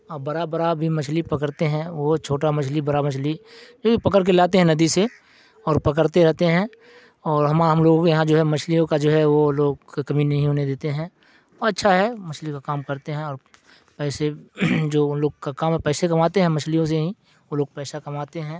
اور بڑا بڑا بھی مچھلی پکڑتے ہیں وہ چھوٹا مچھلی بڑا مچھلی جو بھی پکڑ کے لاتے ہیں ندی سے اور پکڑتے رہتے ہیں اور ہماں ہم لوگ یہاں جو ہے مچھلیوں کا جو ہے وہ لوگ کمی نہیں ہونے دیتے ہیں اور اچھا ہے مچھلی کا کام کرتے ہیں اور پیسے جو ان لوگ کا کام پیسے کماتے ہیں مچھلیوں سے ہی وہ لوگ پیسہ کماتے ہیں